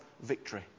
victory